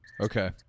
Okay